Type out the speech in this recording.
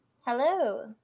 hello